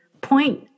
point